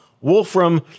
Wolfram